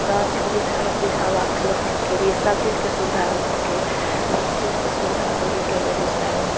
गाछ वृक्ष हर चीज हवा सुरक्षितके लिए सबचीजके सुविधा होइ छिकै सबचीजके सुविधा होइ हिकै बेगूसरायमे